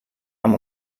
amb